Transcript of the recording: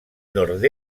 nord